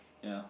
ya